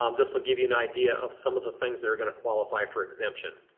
um this will give you an idea of some of the things that are going to qualify for exemption.